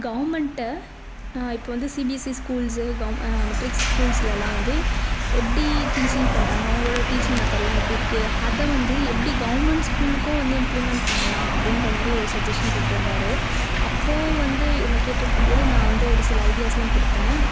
கவுர்மெண்ட்டை இப்போ வந்து CBSE schools கவுர்ம் மெட்ரிக் ஸ்கூல்ஸுலலாம் வந்து எப்படி டீச்சிங் பண்ணுறாங்க அவங்களோட டீச்சிங் மெத்தடுலாம் எப்படி இருக்குது அதை வந்து எப்படி கவுர்மெண்ட் ஸ்கூலுக்கும் வந்து இம்ப்ளீமெண்ட் பண்ணலாம் அப்படின்ற மாதிரி ஒரு சஜ்ஜஷன் கேட்டுருந்தாரு அப்போது வந்து என்ன கேட்டுருக்கும்போது நான் வந்து ஒரு சில ஐடியாஸ்லாம் கொடுத்தேன்